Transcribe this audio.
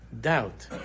doubt